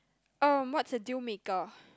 um what's a deal maker